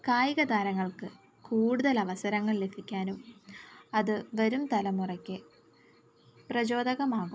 കായിക താരങ്ങൾക്ക് കൂടുതൽ അവസരങ്ങൾ ലഭിക്കാനും അത് വരും തലമുറക്ക് പ്രചോദകമാകും